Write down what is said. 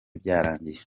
byarangiye